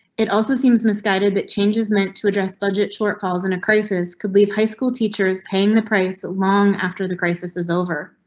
it also seems misguided that change is meant to address budget shortfalls in a crisis. could leave high school teachers paying the price long after the crisis is over.